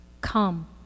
Come